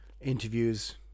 interviews